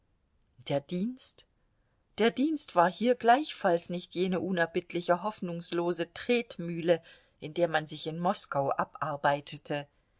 der dienst der dienst war hier gleichfalls nicht jene unerbittliche hoffnungslose tretmühle in der man sich in moskau abarbeitete